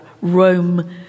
Rome